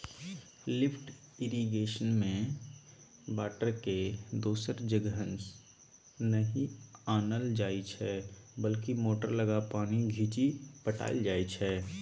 lift इरिगेशनमे बाटरकेँ दोसर जगहसँ नहि आनल जाइ छै बल्कि मोटर लगा पानि घीचि पटाएल जाइ छै